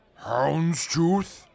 Houndstooth